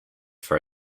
for